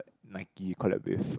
Nike collab with